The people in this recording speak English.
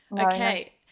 Okay